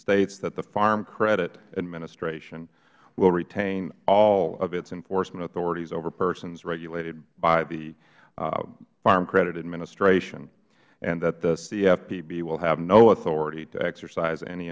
states that the farm credit administration will retain all of its enforcement authorities over persons regulated by the farm credit administration and that the cfpb will have no authority to exercise any